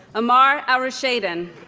amar alrushaidan